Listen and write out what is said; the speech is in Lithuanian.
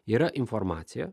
yra informacija